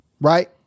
right